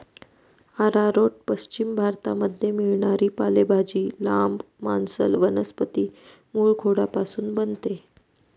arrowroot पश्चिम भारतामध्ये मिळणारी पालेभाजी, लांब, मांसल वनस्पती मूळखोडापासून बनते